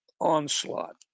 onslaught